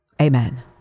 Amen